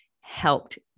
helped